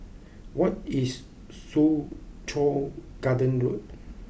what is Soo Chow Garden Road